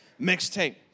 Mixtape